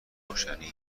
روشنی